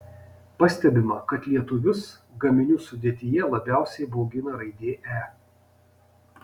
pastebima kad lietuvius gaminių sudėtyje labiausiai baugina raidė e